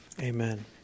Amen